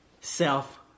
self